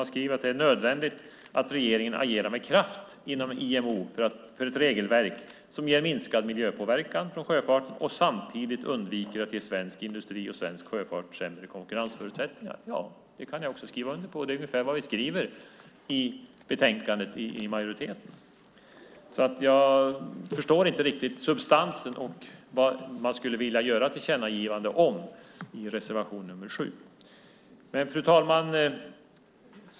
Man skriver i reservationen: "Det är nödvändigt att regeringen med kraft agerar inom IMO för ett regelverk som ger minskad miljöpåverkan från sjöfarten och samtidigt undviker att ge svensk industri och svensk sjöfart sämre konkurrensförutsättningar." Ja, det kan jag också skriva under på. Det är ungefär det som majoriteten skriver i betänkandet. Jag förstår därför inte riktigt substansen och vad man skulle vilja göra ett tillkännagivande om i reservation 7. Fru talman!